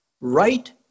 right